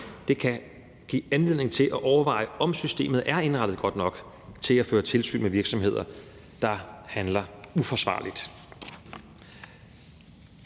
kan give anledning til at overveje, om systemet er indrettet godt nok til at føre tilsyn med virksomheder, der handler uforsvarligt.